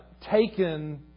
taken